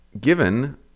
given